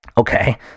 Okay